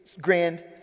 grand